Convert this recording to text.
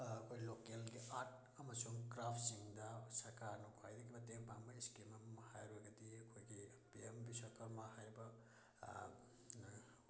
ꯑꯩꯈꯣꯏꯒꯤ ꯂꯣꯀꯦꯜꯒꯤ ꯑꯥꯔꯠ ꯑꯃꯁꯨꯡ ꯀ꯭ꯔꯥꯞꯁꯤꯡꯗ ꯁꯔꯀꯥꯔꯅ ꯈ꯭ꯋꯥꯏꯗꯒꯤ ꯃꯇꯦꯡ ꯄꯥꯡꯕ ꯏꯁꯀꯤꯝ ꯑꯃ ꯍꯥꯏꯔꯒꯗꯤ ꯑꯩꯈꯣꯏꯒꯤ ꯄꯤ ꯑꯦꯝ ꯕꯤꯁꯀꯔꯃ ꯍꯥꯏꯕ